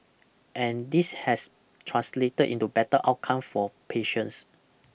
and this has translated into better outcome for patients